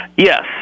Yes